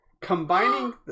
Combining